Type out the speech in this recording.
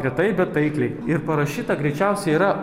retai bet taikliai ir parašyta greičiausiai yra